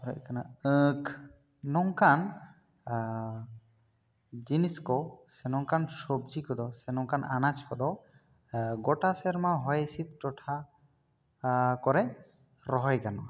ᱛᱟᱨᱯᱚᱨᱮ ᱦᱩᱭᱩᱜ ᱠᱟᱱᱟ ᱟᱸᱠ ᱱᱚᱝᱠᱟᱱ ᱡᱤᱱᱤᱥ ᱠᱚ ᱥᱮ ᱥᱚᱵᱽᱡᱤ ᱠᱚ ᱫᱚ ᱥᱮ ᱱᱟᱝᱠᱟᱱ ᱟᱱᱟᱡᱽ ᱠᱚ ᱫᱚ ᱜᱚᱴᱟ ᱥᱮᱨᱢᱟ ᱦᱚᱭ ᱦᱤᱥᱤᱫ ᱴᱚᱴᱷᱟ ᱠᱚᱨᱮ ᱨᱚᱦᱚᱭ ᱜᱟᱱᱚᱜᱼᱟ